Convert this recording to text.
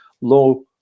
low